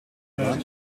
warm